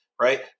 right